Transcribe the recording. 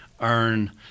earn